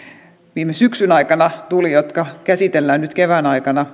viime syksyn aikana tuli suunnilleen se kolmekymmentäkaksituhattaviisisataa jotka käsitellään nyt kevään aikana